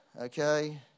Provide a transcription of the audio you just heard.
okay